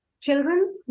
children